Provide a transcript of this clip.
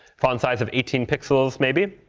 font size of eighteen pixels maybe.